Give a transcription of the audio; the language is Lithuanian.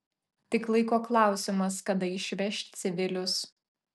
tik laiko klausimas kada išveš civilius